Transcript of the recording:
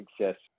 success